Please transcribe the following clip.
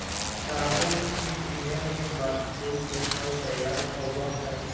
परागण के क्रिया के बाद फूल से फल तैयार होबा हई